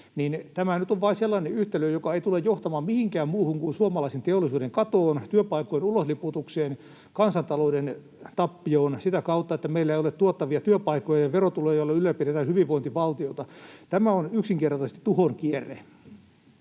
Tämä nyt on vain sellainen yhtälö, joka ei tule johtamaan mihinkään muuhun kuin suomalaisen teollisuuden katoon, työpaikkojen ulosliputukseen ja kansantalouden tappioon sitä kautta, että meillä ei ole tuottavia työpaikkoja ja verotuloja, joilla ylläpidetään hyvinvointivaltiota. Tämä on yksinkertaisesti tuhon kierre.